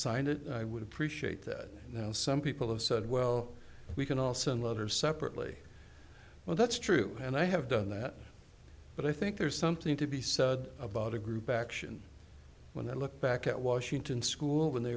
sign it i would appreciate that you know some people have said well we can also another separately well that's true and i have done that but i think there's something to be said about a group action when they look back at washington school when they